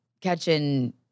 catching